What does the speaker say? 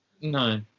no